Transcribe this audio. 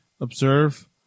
Observe